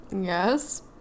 Yes